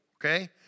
okay